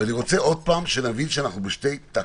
ואני רוצה עוד פעם שנבין שאנחנו בשני טקטים,